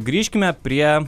grįžkime prie